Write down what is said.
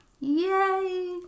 Yay